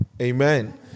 Amen